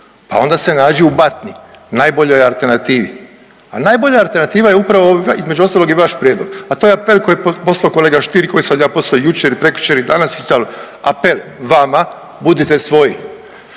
se ne razumije./… najboljoj alternativi. A najbolja alternativa je upravo između ostalog i vaš prijedlog, a to je apel koji je poslao kolega Stier koji sam ja poslao jučer i prekjučer i danas i sad. Apel vama budite svoji